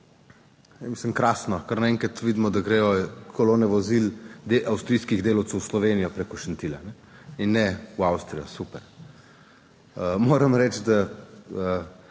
Mislim, krasno, kar naenkrat vidimo, da gredo kolone vozil avstrijskih delavcev v Slovenijo preko Šentilja in ne v Avstrijo. Super. Moram reči, da